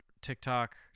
tiktok